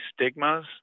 stigmas